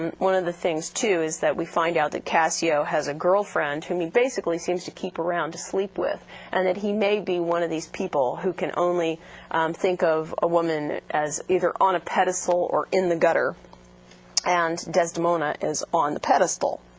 um one of the things too is that we find out that cassio has a girlfriend whom he basically seems to keep around to sleep with and that he may be one of these people who can only think of a woman as either on a pedestal or in the gutter and desdemona is on the pedestal